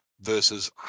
versus